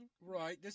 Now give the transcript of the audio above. Right